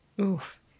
Oof